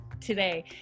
today